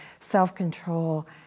self-control